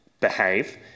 behave